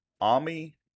Ami